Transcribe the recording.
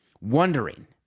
wondering